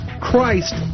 Christ